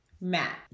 Matt